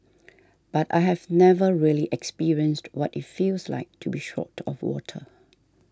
but I have never really experienced what it feels like to be short of water